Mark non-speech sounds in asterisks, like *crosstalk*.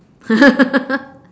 *laughs*